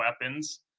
weapons